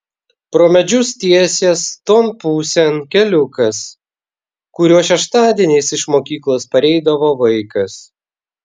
pro medžius tiesės ton pusėn keliukas kuriuo šeštadieniais iš mokyklos pareidavo vaikas